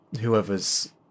whoever's